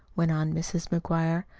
went on mrs. mcguire.